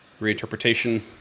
reinterpretation